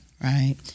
Right